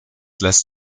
lässt